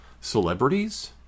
Celebrities